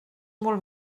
molt